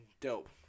dope